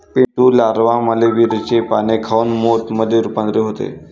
Pintu larva मलबेरीचे पाने खाऊन मोथ मध्ये रूपांतरित होते